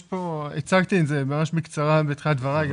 הצגתי את זה ממש בקצרה בתחילת דברי.